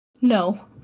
No